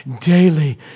daily